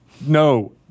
no